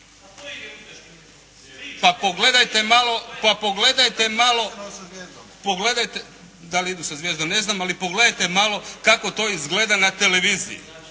Pa pogledajte malo …… /Upadica se ne čuje./ … Da li idu sa zvijezdom ne znam, ali pogledajte malo kako to izgleda na televiziji.